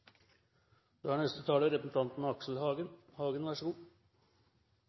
Da er neste taler representanten